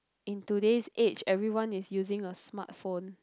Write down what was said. in today's age everyone is using a smartphone